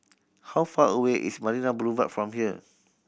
how far away is Marina Boulevard from here